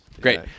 Great